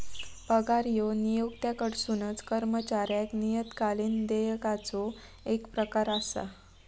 पगार ह्यो नियोक्त्याकडसून कर्मचाऱ्याक नियतकालिक देयकाचो येक प्रकार असा